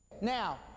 now